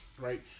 Right